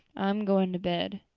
i'm going to bed.